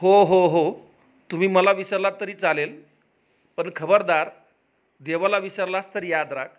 हो हो हो तुम्ही मला विसरलात तरी चालेल पण खबरदार देवाला विसरलास तर याद राख